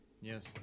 Yes